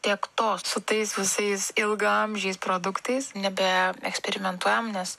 tiek to su tais visais ilgaamžiais produktais nebe eksperimentuojam nes